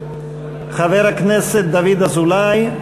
חבר הכנסת דוד אזולאי,